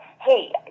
hey